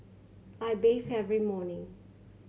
I bathe every morning